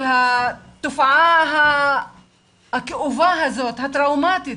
של התופעה הכאובה הזאת הטראומטית,